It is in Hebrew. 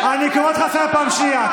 לא יהיה שלום עם